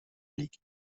league